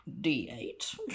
D8